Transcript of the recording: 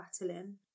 battling